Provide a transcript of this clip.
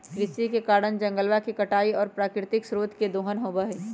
कृषि के कारण जंगलवा के कटाई और प्राकृतिक स्रोत के दोहन होबा हई